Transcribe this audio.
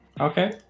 okay